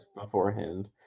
beforehand